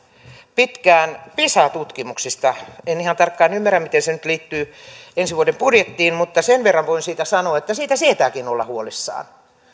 pitkään myös pisa tutkimuksista en ihan tarkkaan ymmärrä miten se nyt liittyy ensi vuoden budjettiin mutta sen verran voin siitä sanoa että siitä sietääkin olla huolissaan